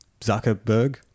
Zuckerberg